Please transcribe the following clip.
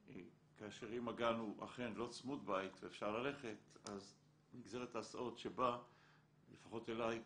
כאשר אם הגן הוא אכן לא צמוד-בית אז יש את נגזרת ההסעות - לפחות אליי,